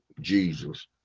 Jesus